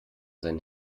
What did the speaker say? sein